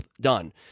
Done